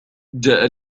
جاء